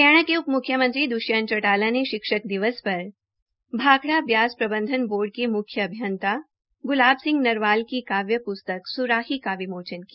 हरियाणा के उप मुख्यमंत्री दृष्यंत चौटाला ने शिक्षक दिवस पर भाखड़र ब्यास प्रबंधन बोर्ड के मुख्य अभियंता गुलाब सिंह नरवाल की काव्य पुस्तक सुराही का विमोचन किया